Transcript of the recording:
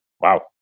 Wow